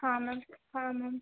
हाँ मैम हाँ मैम